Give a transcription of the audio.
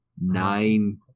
Nine